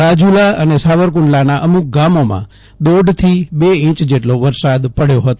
રાજુલા અને સાવરકુંડલાના અમુક ગામોમાં દોઢથી બે ઇંચ જેટલો વરસાદ પડ્યો હતો